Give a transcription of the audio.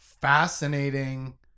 fascinating